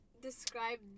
describe